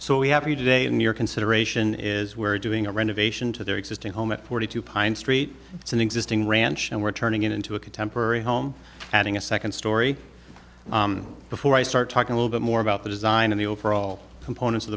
so we have you today in your consideration is we're doing a renovation to their existing home at forty two pine street it's an existing ranch and we're turning it into a contemporary home adding a second story before i start talking a little bit more about the design of the overall components of